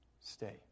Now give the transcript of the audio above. Stay